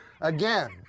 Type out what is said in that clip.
Again